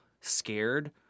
scared